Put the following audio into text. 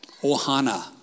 Ohana